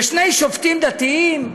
ושני שופטים דתיים,